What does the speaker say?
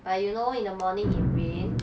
but you know in the morning it rain